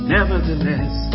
Nevertheless